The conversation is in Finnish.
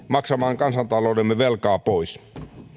maksamaan kansantaloutemme velkaa pois